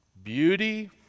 Beauty